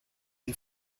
die